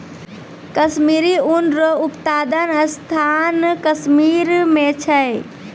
कश्मीरी ऊन रो उप्तादन स्थान कश्मीर मे छै